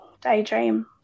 daydream